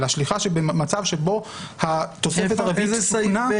אלא שליחה במצב שבו התוספת הרביעית תוקנה,